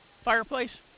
fireplace